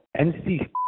NC